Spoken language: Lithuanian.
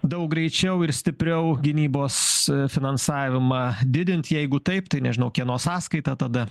daug greičiau ir stipriau gynybos finansavimą didint jeigu taip tai nežinau kieno sąskaita tada